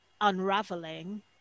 unraveling